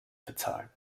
bezahlen